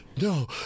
no